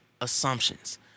assumptions